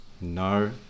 no